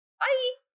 bye